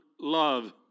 love